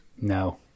No